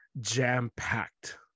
jam-packed